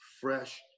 fresh